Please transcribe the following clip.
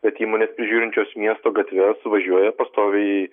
bet įmonės prižiūrinčios miesto gatves važiuoja pastoviai